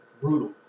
brutal